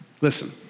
Listen